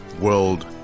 World